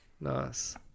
Nice